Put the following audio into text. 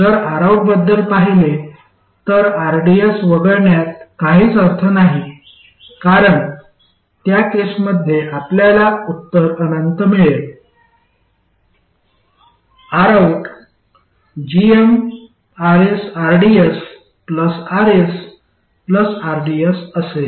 जर Rout बद्दल पहिले तर rds वगळण्यात काहीच अर्थ नाही कारण त्या केसमध्ये आपल्याला उत्तर अनंत मिळेल Rout gmRsrds Rs rds असेल